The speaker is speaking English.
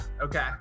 Okay